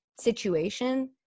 situation